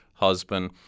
husband